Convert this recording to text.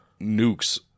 nukes